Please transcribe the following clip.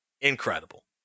Incredible